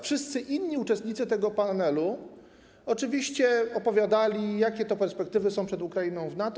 Wszyscy inni uczestnicy tego panelu oczywiście opowiadali, jakie to perspektywy są przed Ukrainą w NATO.